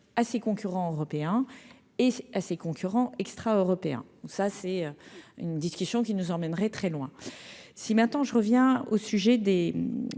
à ses concurrents européens et à ses concurrents extra-européens où ça, c'est une discussion qui nous emmènerait très loin si maintenant je reviens au sujet des